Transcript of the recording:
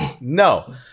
No